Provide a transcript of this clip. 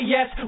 Yes